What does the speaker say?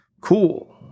Cool